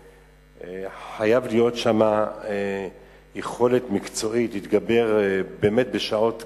וחייב להיות שם בעל יכולת מקצועית להתגבר באמת בשעות קריטיות,